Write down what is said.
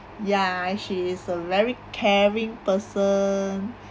ya she is a very caring person